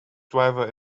driver